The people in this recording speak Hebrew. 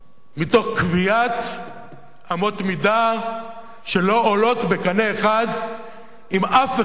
מתוך קביעת אמות מידה שלא עולות בקנה אחד עם אף אחד